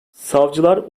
savcılar